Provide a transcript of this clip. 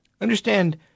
Understand